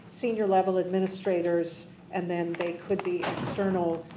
senior level administrators and then they could be external